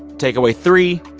takeaway three,